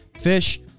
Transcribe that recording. Fish